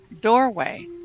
Doorway